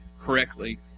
correctly